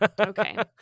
Okay